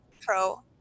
pro